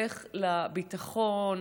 לביטחון,